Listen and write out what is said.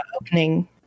opening